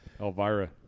Elvira